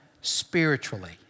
spiritually